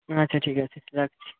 আচ্ছা ঠিক আছে রাখছি